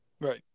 Right